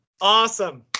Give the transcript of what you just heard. Awesome